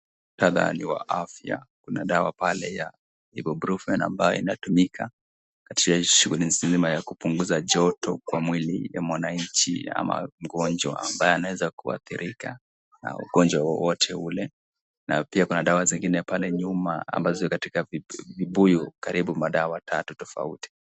Muktadha ni wa afya, kuna dawa pale ya Ibuprofen ambayo inatumika, katika shughuli mzima ya kupunguza joto kwa mwili ya mwananchi ama mgonjwa ambaye anaweza kuadhirika na ugonjwa wowote ule, na pia kuna dawa zingine pale nyuma ambazo ziko katikati vibuyu karibu madawa tatu tofauti.